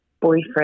boyfriend